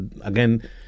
again